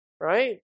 right